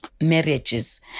marriages